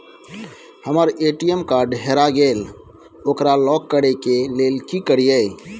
हमर ATM card हेरा गेल ओकरा लॉक करै के लेल की करियै?